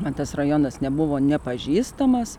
man tas rajonas nebuvo nepažįstamas